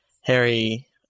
Harry